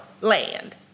land